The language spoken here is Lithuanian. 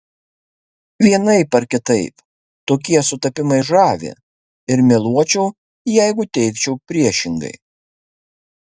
vienaip ar kitaip tokie sutapimai žavi ir meluočiau jeigu teigčiau priešingai